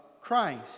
Christ